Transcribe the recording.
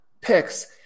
picks